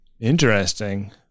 Interesting